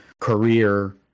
career